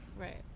Right